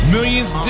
Millions